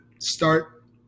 start